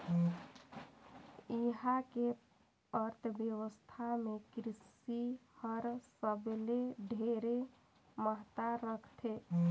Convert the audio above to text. इहां के अर्थबेवस्था मे कृसि हर सबले ढेरे महत्ता रखथे